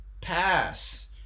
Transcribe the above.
pass